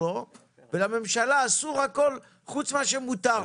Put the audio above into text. לו ולממשלה אסור הכול חוץ ממה שמותר לה.